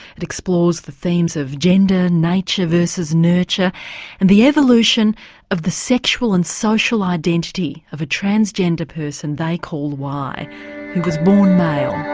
it explores the themes of gender, nature versus nurture and the evolution of the sexual and social identity of a transgender person they call y who was born male.